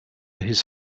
his